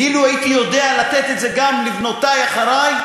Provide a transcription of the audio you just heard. ואילו הייתי יודע לתת את זה גם לבנותי אחרי,